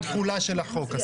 אז מתי התחולה שלו, אסף?